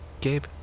Gabe